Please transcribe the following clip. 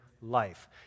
life